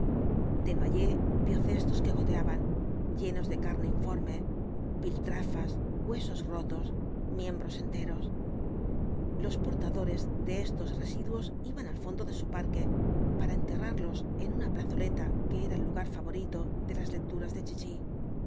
iban llegando desnoyers vio cestos que goteaban llenos de carne informe piltrafas huesos rotos miembros enteros los portadores de estos residuos iban al fondo de su parque para enterrarlos en una plazoleta que era el lugar favorito de las lecturas de chichi